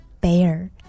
Bear